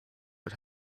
but